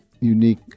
unique